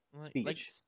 Speech